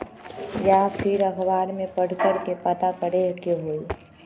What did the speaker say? या फिर अखबार में पढ़कर के पता करे के होई?